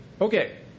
Okay